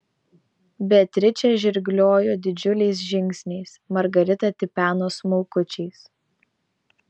beatričė žirgliojo didžiuliais žingsniais margarita tipeno smulkučiais